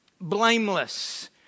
Blameless